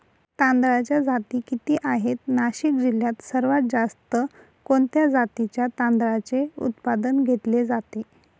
तांदळाच्या जाती किती आहेत, नाशिक जिल्ह्यात सर्वात जास्त कोणत्या जातीच्या तांदळाचे उत्पादन घेतले जाते?